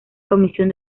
comisión